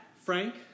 Frank